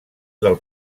del